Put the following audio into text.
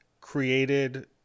created